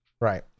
Right